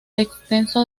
extenso